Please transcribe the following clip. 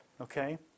Okay